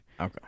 Okay